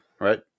right